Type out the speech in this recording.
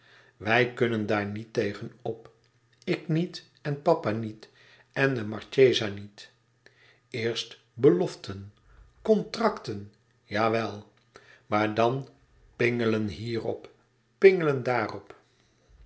ij kunnen daar niet tegen op ik niet en papa niet en de marchesa niet eerst beloften contracten jawel maar dan pingelen hierop pingelen daarop